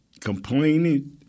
Complaining